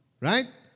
right